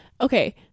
okay